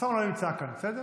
אוסאמה לא נמצא כאן, בסדר?